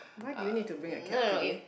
why did you need to bring a cap today